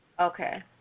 Okay